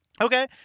Okay